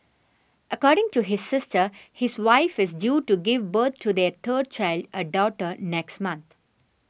according to his sister his wife is due to give birth to their third child a daughter next month